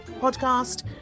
Podcast